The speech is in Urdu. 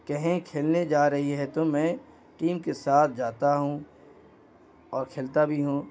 کہیں کھیلنے جا رہی ہے تو میں ٹیم کے ساتھ جاتا ہوں اور کھیلتا بھی ہوں